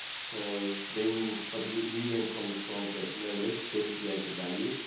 so then but we went from the stance that you know let them create the value,